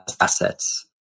assets